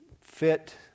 fit